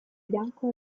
bianco